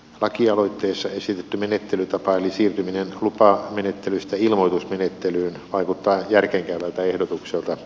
lakialoitteessa esitetty menettelytapa eli siirtyminen lupamenettelystä ilmoitusmenettelyyn vaikuttaa järkeenkäyvältä ehdotukselta